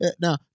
now